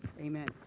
Amen